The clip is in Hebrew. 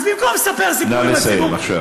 אז במקום לספר סיפור לציבור, נא לסיים עכשיו.